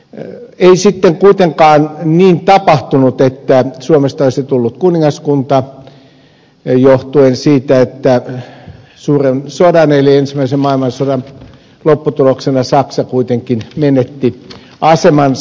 ei sitten kuitenkaan tapahtunut niin että suomesta olisi tullut kuningaskunta johtuen siitä että suuren sodan eli ensimmäisen maailmansodan lopputuloksena saksa kuitenkin menetti asemansa